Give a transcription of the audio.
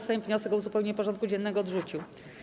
Sejm wniosek o uzupełnienie porządku dziennego odrzucił.